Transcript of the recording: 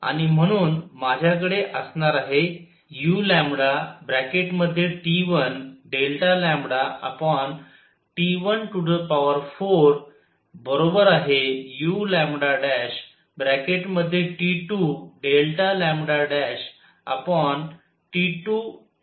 आणि म्हणून माझ्याकडे असणार आहे uT14uT24